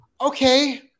Okay